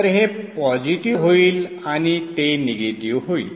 तर हे पॉझिटिव्ह होईल आणि ते निगेटिव्ह होईल